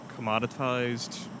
commoditized